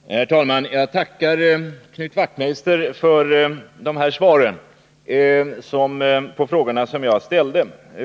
Herr talman! Jag tackar Knut Wachtmeister för svaren på de frågor som jag ställde.